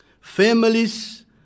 families